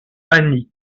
annie